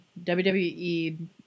WWE